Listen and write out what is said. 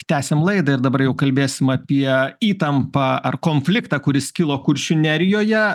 tęsiam laidą ir dabar jau kalbėsim apie įtampą ar konfliktą kuris kilo kuršių nerijoje